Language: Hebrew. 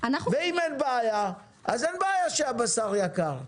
ואם אין בעיה אז אין בעיה שהבשר יקר.